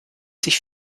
sich